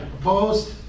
Opposed